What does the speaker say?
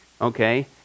Okay